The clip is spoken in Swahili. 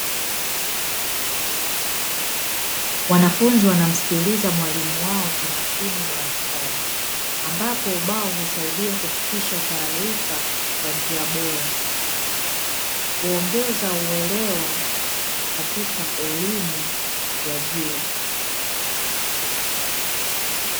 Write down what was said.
Wanafunzi wanamsikiliza mwalimu wao kwa makini darasani, ambapo husaidia kufikisha taarifa kwa njia bora huongeza uelewa katika elimu ya juu.